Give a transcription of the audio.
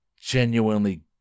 genuinely